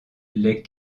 les